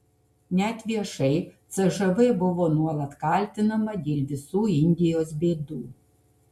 net viešai cžv buvo nuolat kaltinama dėl visų indijos bėdų